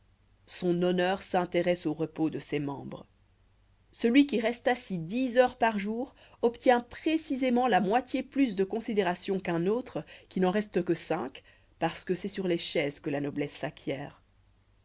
son honneur s'intéresse au repos de ses membres celui qui reste assis dix heures par jour obtient précisément la moitié plus de considération qu'un autre qui n'en reste que cinq parce que c'est sur les chaises que la noblesse s'acquiert